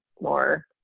more